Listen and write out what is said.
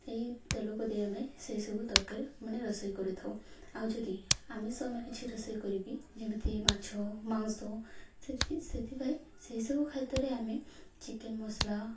ଏଇ ତେଲକୁ ଦେଇ ଆମେ ସେହିସବୁ ତରକାରୀ ମାନେ ରୋଷେଇ କରିଥାଉ ଆଉ ଯଦି ଆମିଷ ମୁଁ କିଛି ରୋଷେଇ କରିବି ଯେମିତି ମାଛ ମାଂସ ସେଥି ସେଥିପାଇଁ ସେହିସବୁ ଖାଦ୍ୟରେ ଆମେ ଚିକେନ୍ ମସଲା